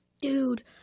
Dude